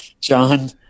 John